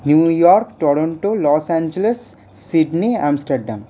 new York Toronto Los Angeles Sydney Amsterdam